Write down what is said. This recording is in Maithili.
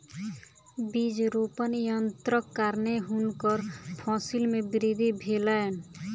बीज रोपण यन्त्रक कारणेँ हुनकर फसिल मे वृद्धि भेलैन